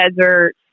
desert